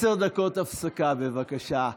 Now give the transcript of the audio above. עשר דקות הפסקה, בבקשה.